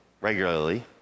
Regularly